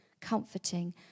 comforting